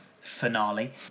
finale